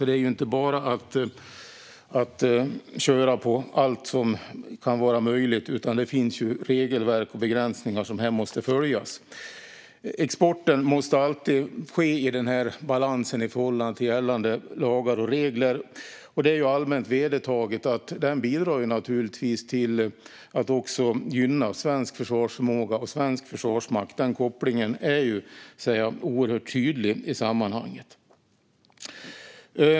Det är inte bara att köra på allt som kan vara möjligt, utan det finns ju regelverk och begränsningar som här måste följas. Exporten måste alltid ske i balans i förhållande till gällande lagar och regler. Det är ju allmänt vedertaget att den naturligtvis bidrar till att också gynna svensk försvarsförmåga och svensk försvarsmakt. Den kopplingen är oerhört tydlig i sammanhanget.